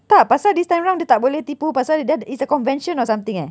tak pasal this time round dia tak boleh tipu pasal dia ada is the convention or something eh